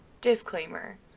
Disclaimer